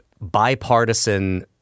bipartisan